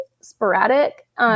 sporadic